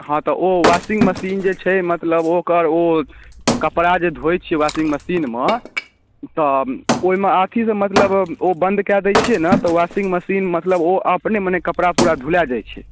हँ तऽ ओ वॉशिंग मशीन जे छै मतलब ओकर ओ कपड़ा जे धोए छियै वॉशिंग मशीन मऽ तऽ ओहिमे अथी सँ मतलब ओ बन्द कऽ दै छियै नहि तऽ वॉशिंग मशीन मतलब ओ अपने मने कपड़ा पूरा धूलै जाइ छै